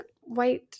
white –